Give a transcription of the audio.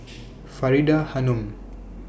Faridah Hanum